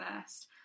first